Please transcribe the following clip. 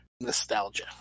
nostalgia